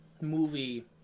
movie